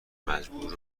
مجبور